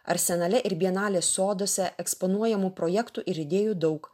arsenale ir bienalės soduose eksponuojamų projektų ir idėjų daug